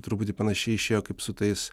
truputį panašiai išėjo kaip su tais